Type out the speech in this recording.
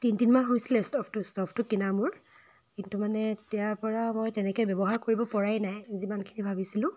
তিনি দিনমান হৈছিলে ষ্ট'ভটো ষ্ট'ভটো কিনা মোৰ কিন্তু মানে তেতিয়াৰ পৰা মই তেনেকৈ ব্যৱহাৰ কৰিব পৰাই নাই যিমানখিনি ভাবিছিলোঁ